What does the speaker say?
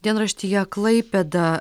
dienraštyje klaipėda